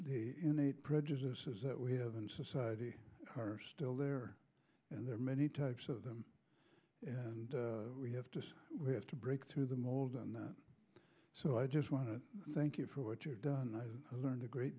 eight prejudices that we have in society are still there and there are many types of them and we have to we have to break through the mold on that so i just want to thank you for what you've done and i learned a great